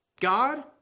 God